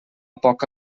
poca